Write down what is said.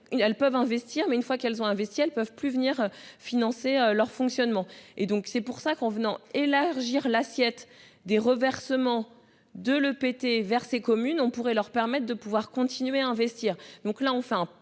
elles peuvent investir. Mais une fois qu'elles ont investi, elles peuvent plus venir financer leur fonctionnement et donc c'est pour ça qu'on venant élargir l'assiette des reversements de l'EPT vers communes on pourrait leur permettre de pouvoir continuer à investir, donc là on fait un petit